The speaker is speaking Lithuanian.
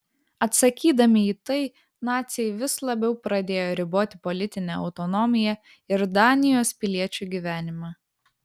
atsakydami į tai naciai vis labiau pradėjo riboti politinę autonomiją ir danijos piliečių gyvenimą